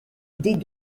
des